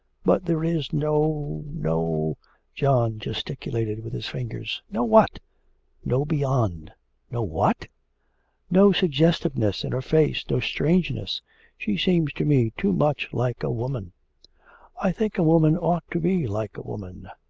but there is no, no john gesticulated with his fingers. no what no beyond no what no suggestiveness in her face, no strangeness she seems to me too much like a woman i think a woman ought to be like a woman.